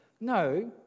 No